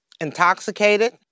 Intoxicated